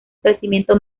crecimiento